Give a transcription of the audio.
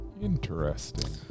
interesting